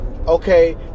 okay